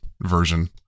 version